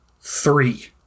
three